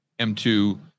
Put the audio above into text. M2